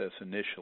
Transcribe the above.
initially